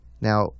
now